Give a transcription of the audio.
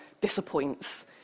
disappoints